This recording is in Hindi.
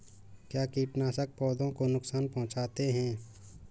क्या कीटनाशक पौधों को नुकसान पहुँचाते हैं?